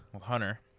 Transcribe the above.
Hunter